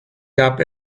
gab